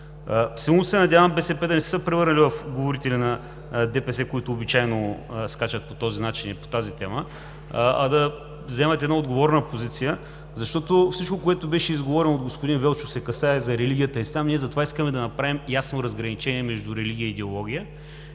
Силно се надявам БСП да не са се превърнали в говорители на ДПС, които обичайно скачат по този начин и по тази тема, а да вземат една отговорна позиция, защото всичко, което беше изговорено от господин Вълков, се касае за религията и ние затова искаме да направим ясно разграничение между религия и идеология.